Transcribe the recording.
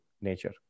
nature